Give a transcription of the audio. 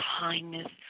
kindness